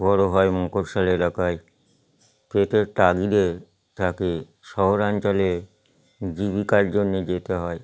বড় হয় মফঃস্বল এলাকায় পেটের তাগিদে তাকে শহরাঞ্চলে জীবিকার জন্যে যেতে হয়